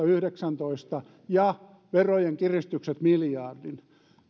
yhdeksäntoista ja miljardin verojen kiristykset